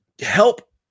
help